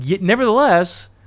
Nevertheless